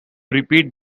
repeat